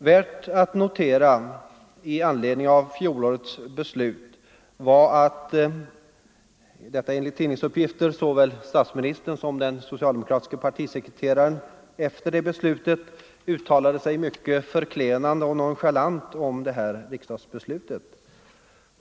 Värt att notera med anledning av fjolårets beslut var att enligt tidningsuppgifter såväl statsministern som den socialdemokratiske partisekreteraren efter beslutet uttalade sig mycket förklenande och nonchalant om detta riksdagsbeslut.